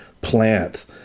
plant